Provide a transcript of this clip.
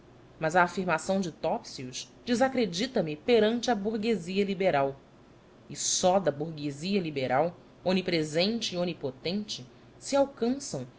mas a afirmação de topsius desacredita me perante a burguesia liberal e só da burguesia liberal onipresente e onipotente se alcançam